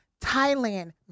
Thailand